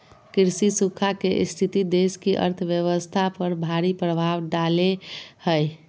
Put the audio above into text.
कृषि सूखा के स्थिति देश की अर्थव्यवस्था पर भारी प्रभाव डालेय हइ